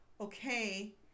okay